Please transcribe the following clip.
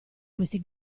questi